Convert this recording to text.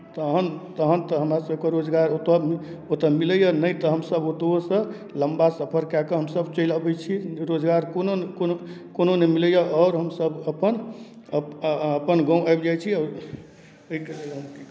तहन तहन तऽ हमरा सभके रोजगार ओतय ओतय मिलैए नहि तऽ हमसभ ओतओसँ लम्बा सफर कए कऽ हमसभ चलि अबै छी रोजगार कोनो नहि कोनो कोनो नहि मिलैए आओर हमसभ अपन अपन गाँव आबि जाइ छी एहिके की बाद हम की कहब